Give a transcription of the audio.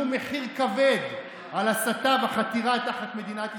מחיר כבד על הסתה וחתירה תחת מדינת ישראל,